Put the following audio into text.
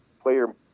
player